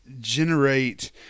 generate